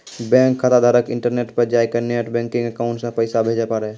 bank खाताधारक internet पर जाय कै नेट बैंकिंग अकाउंट से पैसा भेजे पारै